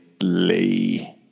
Lee